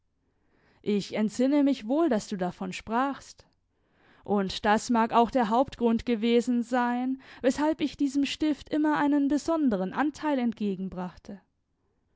ich entsinne mich wohl daß du davon sprachst und das mag auch der hauptgrund gewesen sein weshalb ich diesem stift immer einen besonderen anteil entgegenbrachte